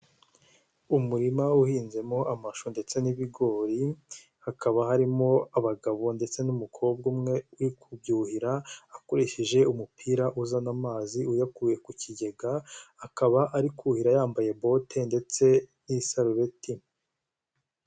Umurima uhinzemo amashu ndetse n'ibigori hakaba harimo abagabo ndetse n'umukobwa umwe uri kubyuhira akoresheje umupira uzana amazi uyakuye ku kigega akaba ari kuhira yambaye bote ndetse n'isarubeti.